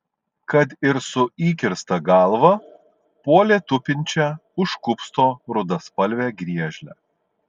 kad ir su įkirsta galva puolė tupinčią už kupsto rudaspalvę griežlę